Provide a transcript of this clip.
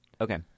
Okay